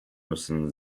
müssen